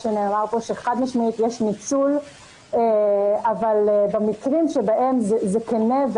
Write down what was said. שנאמר כאן שחד משמעית יש ניצול במקרים בהם זה כנה,